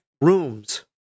rooms